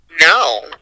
No